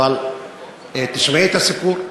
אבל תשמעי את הסיפור: